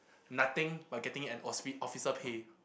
nothing but getting an ocfi~ officer pay